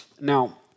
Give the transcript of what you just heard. Now